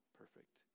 perfect